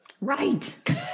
Right